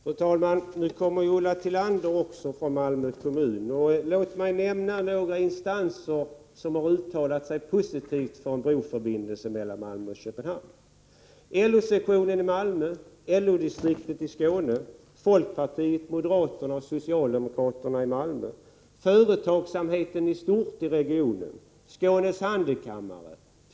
Fru talman! Också Ulla Tillander kommer från Malmö kommun. Låt mig nämna några instanser som uttalat sig positivt för en bro mellan Malmö och Köpenhamn: LO-sektionen i Malmö, LO-distriktet i Skåne, folkpartiet, moderaterna och socialdemokraterna i Malmö, företagsamheten i stort i regionen och Skånes handelskammare.